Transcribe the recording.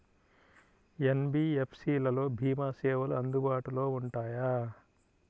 NBFC లలో భీమా సేవలు అందుబాటులో ఉంటాయా?